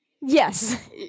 yes